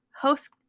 host